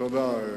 תודה.